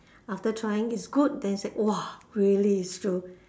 after trying it's good then you say !wah! really it's true